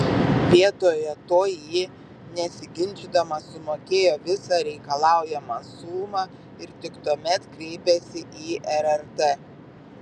vietoje to ji nesiginčydama sumokėjo visą reikalaujamą sumą ir tik tuomet kreipėsi į rrt